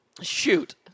Shoot